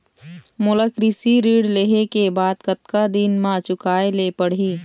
मोला कृषि ऋण लेहे के बाद कतका दिन मा चुकाए ले पड़ही?